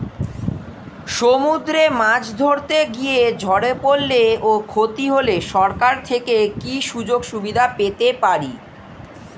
সমুদ্রে মাছ ধরতে গিয়ে ঝড়ে পরলে ও ক্ষতি হলে সরকার থেকে কি সুযোগ সুবিধা পেতে পারি?